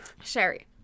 Sherry